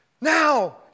Now